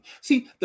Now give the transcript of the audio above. See